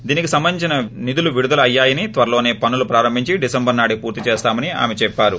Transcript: దీనికి సంబంధించి నిధులు విడుదల అయ్యాయని త్వరలోనే పనులు ప్రారంభించి డిసెంబరు నాటికి పూర్తి చేస్తామని ఆమె చెప్పారు